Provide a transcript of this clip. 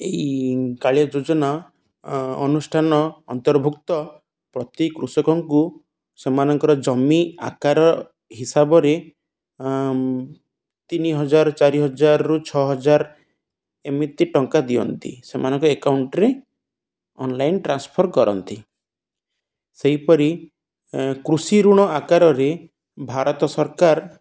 ଏହି କାଳିଆ ଯୋଜନା ଅନୁଷ୍ଠାନ ଅନ୍ତର୍ଭୁକ୍ତ ପ୍ରତି କୃଷକଙ୍କୁ ସେମାନଙ୍କର ଜମି ଆକାର ହିସାବରେ ତିନି ହଜାର ଚାରି ହଜାରରୁ ଛଅ ହଜାର ଏମିତି ଟଙ୍କା ଦିଅନ୍ତି ସେମାନଙ୍କ ଏକାଉଉଣ୍ଟ୍ରେ ଅନ୍ଲାଇନ୍ ଟ୍ରାନ୍ସଫର୍ କରନ୍ତି ସେହିପରି କୃଷି ଋଣ ଆକାରରେ ଭାରତ ସରକାର